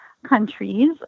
countries